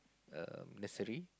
err nursery